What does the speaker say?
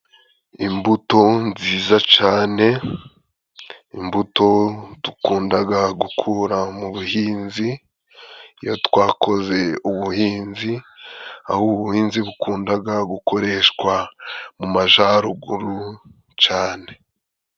Imbuto nziza cyane, imbuto dukunda gukura mu buhinzi, iyo twakoze ubuhinzi, aho ubuhinzi bukunda gukoreshwa mu Majyaruguru cyane.